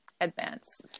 advance